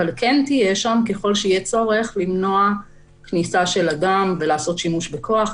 אבל כן תהיה שם ככל שיהיה צורך למנוע כניסה של אדם ולעשות שימוש בכוח.